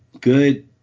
good